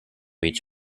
each